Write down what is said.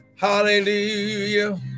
Hallelujah